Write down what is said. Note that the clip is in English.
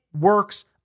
works